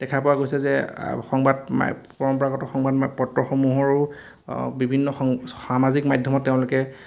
দেখা পোৱা গৈছে যে সংবাদ পৰম্পৰাগত সংবাদ পত্ৰসমূহৰো বিভিন্ন সামাজিক মাধ্যমত তেওঁলোকে